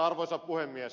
arvoisa puhemies